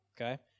Okay